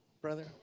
brother